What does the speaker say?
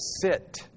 sit